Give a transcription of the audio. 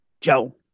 Joe